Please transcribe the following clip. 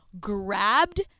grabbed